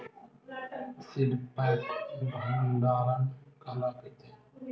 Seal pack भंडारण काला कइथे?